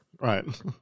Right